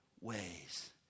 ways